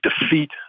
defeat